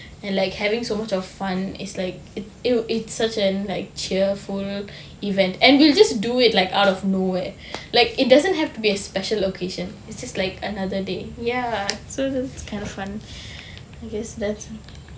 and like having so much of fun is like it it such like cheerful event and you just do it like out of nowhere like it doesn't have to be a special occasion is just like another day ya so that's kind of fun because that's